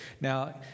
Now